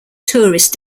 tourist